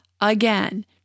again